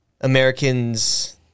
Americans